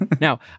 Now